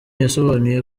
yasobanuye